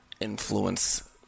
influence